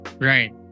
Right